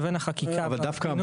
לבין החקיקה בפינוי בינוי.